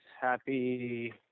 Happy